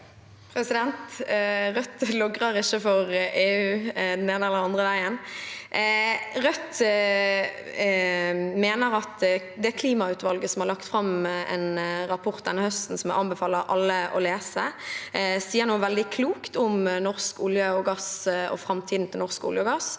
Rødt logrer ikke for EU den ene eller den andre veien. Rødt mener at det klimautvalget som har lagt fram en rapport denne høsten, som jeg anbefaler alle å lese, sier noe veldig klokt om norsk olje og gass og framtiden til norsk olje og gass,